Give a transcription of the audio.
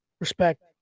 respect